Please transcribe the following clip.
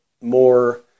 more